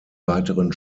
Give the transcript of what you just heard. weiteren